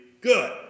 good